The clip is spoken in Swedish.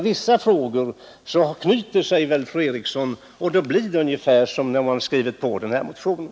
I vissa frågor ”knyter det” sig för fru Eriksson, och då blir det ungefär som när hon skrivit på den här motionen.